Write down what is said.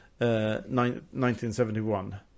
1971